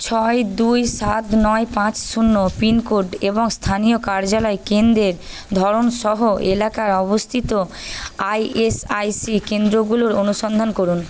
ছয় দুই সাত নয় পাঁচ শূন্য পিনকোড এবং স্থানীয় কার্যালয় কেন্দ্রের ধরণ সহ এলাকায় অবস্থিত আইএসআইসি কেন্দ্রগুলোর অনুসন্ধান করুন